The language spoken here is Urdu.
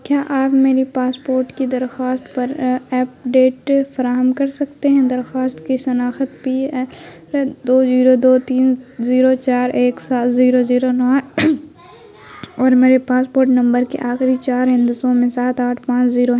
کیا آپ میرے پاسپورٹ کی درخواست پر اپڈیٹ فراہم کر سکتے ہیں درخواست کی شناخت پی ایل دو زیرو دو تین زیرو چار ایک سات زیرو زیرو نو اور میرے پاسپورٹ نمبر کے آخری چار ہندسوں میں سات آٹھ پانچ زیرو ہیں